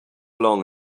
along